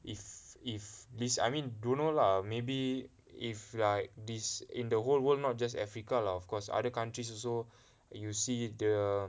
if if this I mean don't know lah maybe if like this in the whole world not just africa lah of course other countries also you see the